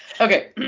Okay